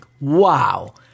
Wow